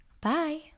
Bye